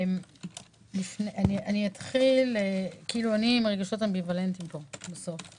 אני עם רגשות אמביוולנטיים פה כי